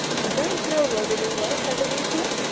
you don't know lord illingworth, i believe, dear.